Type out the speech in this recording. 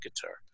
guitar